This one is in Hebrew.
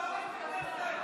בבקשה לשבת.